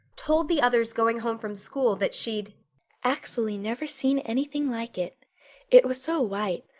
told the others going home from school that she'd acksually never seen anything like it it was so white,